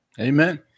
Amen